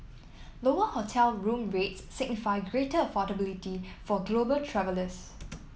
lower hotel room rates signify greater affordability for global travellers